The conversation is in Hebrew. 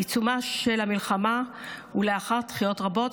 בעיצומה של המלחמה ולאחר דחיות רבות,